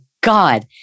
God